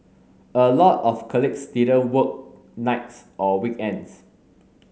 a lot of colleagues didn't work nights or weekends